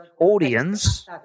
audience